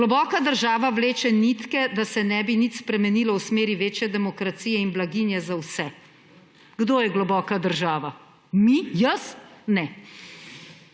»Globoka država vleče nitke, da se ne bi nič spremenilo v smeri večje demokracije in blaginje za vse.« Kdo je globoka država? Mi? Jaz? Ne.